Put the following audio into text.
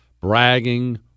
bragging